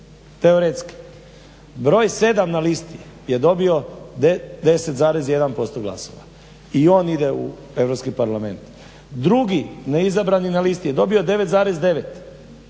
teoretski. Broj 7 na listi je dobio 10,1% glasova i on ide u Europski parlament. Drugi, neizabrani na listi je dobio 9,9,